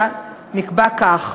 נקבע כך: